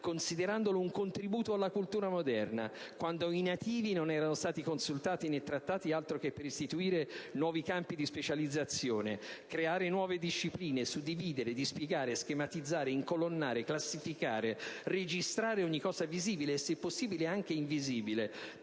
considerandolo un contributo alla cultura moderna, quando i nativi non erano stati consultati, né trattati, altro che per istituire nuovi campi di specializzazione; creare nuove discipline, suddividere, dispiegare, schematizzare, incolonnare, classificare, registrare ogni cosa visibile e, se possibile, anche invisibile;